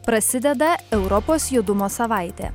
prasideda europos judumo savaitė